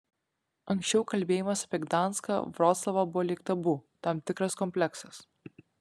anksčiau kalbėjimas apie gdanską vroclavą buvo lyg tabu tam tikras kompleksas